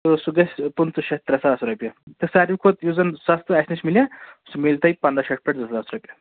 تہٕ سُہ گژھِ پٍنٛژٕ شیٚتھ ترٛےٚ ساس رۅپیہِ تہٕ سارِوٕے کھۅتہٕ یُس زَن سَستہٕ اَسہِ نِش میلہِ سُہ میلہِ تۅہہِ پَنٛداہ شتھ پیٚٹھٕ زٕ ساس رۅپیہِ